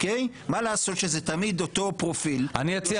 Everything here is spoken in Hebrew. ומה לעשות שזה תמיד אותו פרופיל -- אני אציע